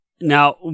Now